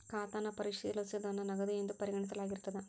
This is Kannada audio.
ಖಾತನ್ನ ಪರಿಶೇಲಿಸೋದನ್ನ ನಗದು ಎಂದು ಪರಿಗಣಿಸಲಾಗಿರ್ತದ